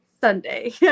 Sunday